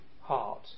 heart